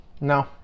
No